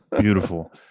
Beautiful